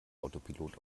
autopilot